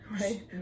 right